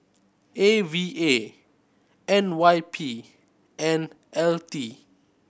A V A N Y P and L T